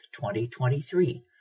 2023